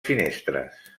finestres